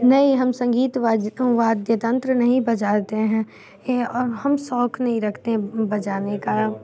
नहीं हम संगीत वाद्य वाद्यतंत्र नहीं बजाते हैं ए और हम शौक़ नहीं रखते हैं बजाने का